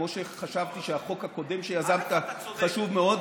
כמו שחשבתי שהחוק הקודם שיזמת חשוב מאוד,